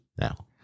now